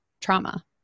trauma